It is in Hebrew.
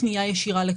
יש פה פנייה לקטין,